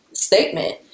statement